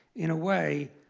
in a way,